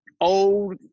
old